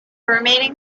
remaining